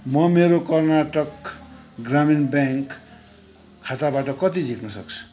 म मेरो कर्नाटक ग्रामीण ब्याङ्क खाताबाट कति झिक्न सक्छु